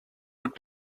would